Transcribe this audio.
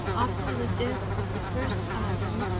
after the death of the first adam,